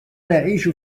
نعيش